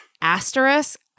asterisk